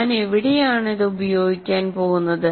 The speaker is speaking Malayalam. ഞാൻ എവിടെയാണ് ഉപയോഗിക്കാൻ പോകുന്നത്